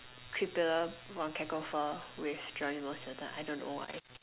Creepella-Von-Cacklefur with Geronimo-Stilton I don't know why